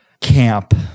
Camp